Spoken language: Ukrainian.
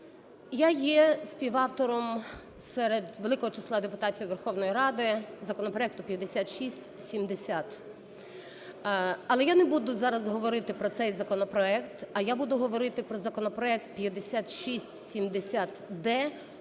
Я є співавтором серед великого числа депутатів Верховної Ради законопроекту 5670. Але я не буду зараз говорити про цей законопроект, а я буду говорити про законопроект 5670-д